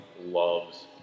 loves